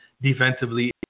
defensively